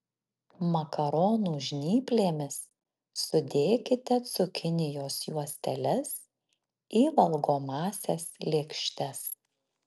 makaronų žnyplėmis sudėkite cukinijos juosteles į valgomąsias lėkštes